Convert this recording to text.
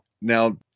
Now